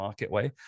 Marketway